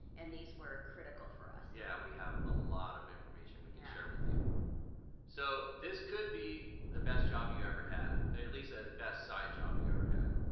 and these were critical for us yeah, we have a lot of information we can share with you so this could be the best job you ever had at least a best side job you ever had?